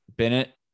Bennett